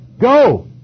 Go